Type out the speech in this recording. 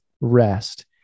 rest